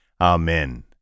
Amen